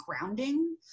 grounding